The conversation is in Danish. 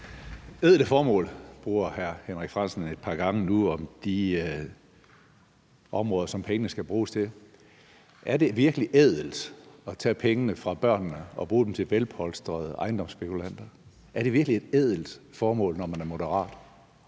»Ædle formål« siger hr. Henrik Frandsen et par gange nu om de områder, som pengene skal bruges på. Er det virkelig ædelt at tage pengene fra børnene og bruge dem på velpolstrede ejendomsspekulanter? Er det virkelig et ædelt formål, når man er moderat?